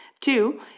Two